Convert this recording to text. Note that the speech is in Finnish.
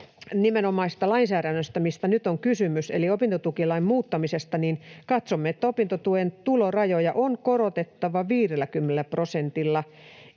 nimenomaisesta lainsäädännöstä, mistä nyt on kysymys, eli opintotukilain muuttamisesta, katsomme, että opintotuen tulorajoja on korotettava 50 prosentilla,